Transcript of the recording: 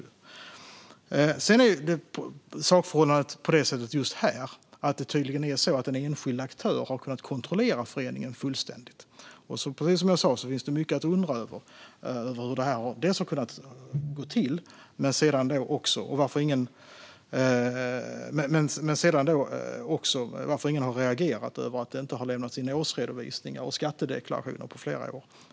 Just här är sakförhållandet sådant att en enskild aktör tydligen har kunnat kontrollera föreningen fullständigt. Precis som jag sa finns det mycket att undra över. Hur har detta kunnat gå till, och varför har ingen reagerat på att det inte har lämnats in årsredovisningar och skattedeklarationer på flera år?